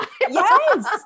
yes